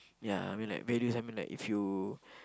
ya I mean like values I mean like if you